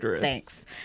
Thanks